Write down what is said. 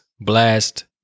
Blast